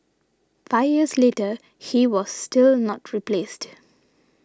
five years later he was still not replaced